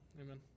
Amen